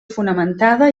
fonamentada